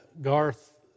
Garth